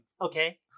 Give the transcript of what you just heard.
okay